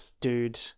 dude